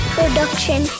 Production